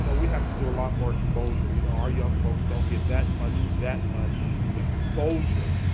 you know we have to do a lot more exposure. you know our young folks don't get that much that much exposure.